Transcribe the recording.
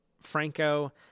Franco